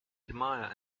admire